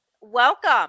welcome